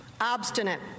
obstinate